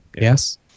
yes